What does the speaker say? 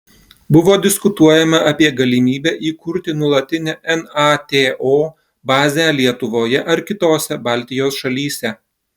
buvo diskutuojama apie galimybę įkurti nuolatinę nato bazę lietuvoje ar kitose baltijos šalyse